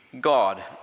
God